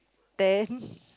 ten